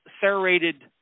serrated